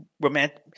romantic